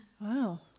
Wow